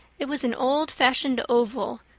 it was an old-fashioned oval,